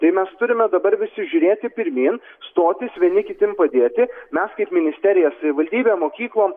tai mes turime dabar visi žiūrėti pirmyn stotis vieni kitiem padėti mes kaip ministerija savivaldybėm mokyklom